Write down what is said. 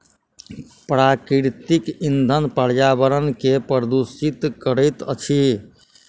प्राकृतिक इंधन पर्यावरण के प्रदुषित करैत अछि